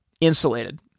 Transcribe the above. Insulated